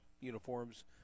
uniforms